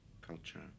culture